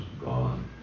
gone